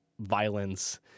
violence